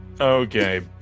Okay